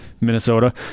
Minnesota